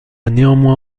néanmoins